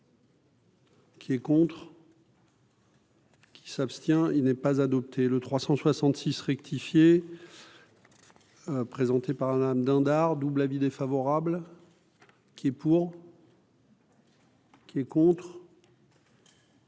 Qui est contre. Qui s'abstient, il n'est pas adopté le 366 rectifié présenté par Madame Dindar double avis défavorable qui est pour. Qui est contre.